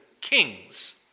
kings